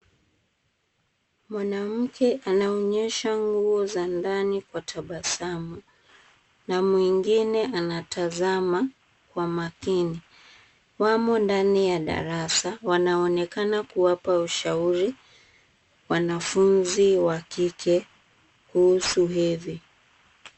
Mwanamke anaonyesha nguo za ndani kwa tabasamu na mwingine anatazama kwa makini. Wamo ndani ya darasa, wanaonekana kuwapa ushauri wanafunzi wa kike kuhusu hedhi.